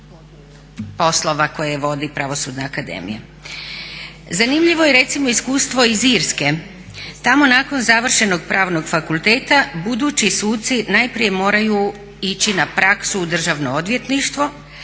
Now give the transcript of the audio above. poslova koje vodi Pravosudna akademija. Zanimljivo je recimo iskustvo iz Irske, tamo nakon završenog pravnog fakulteta budući suci najprije moraju ići na praksu u državno odvjetništvo.